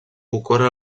ocorre